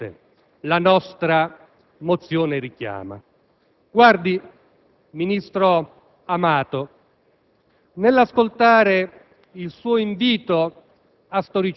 alla distruzione di alcune chiese. Questo è il vero punto politico. Questo episodio, si dirà, si inserisce nel quadro